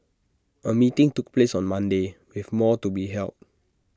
A meeting took place on Monday with more to be held